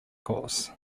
course